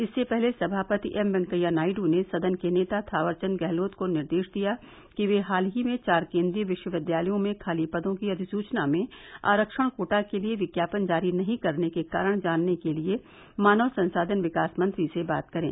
इससे पहले समापति एम वेंकैया नायड़ ने सदन के नेता थावरचंद गहलोत को निर्देश दिया कि वे हाल ही में चार केन्द्रीय विश्वविद्यालयों में खाली पदों की अधिसूचना में आरक्षण कोटा के लिए विज्ञापन जारी नहीं करने के कारण जानने के लिए मानव संसाधन विकास मंत्री से बात करें